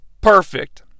perfect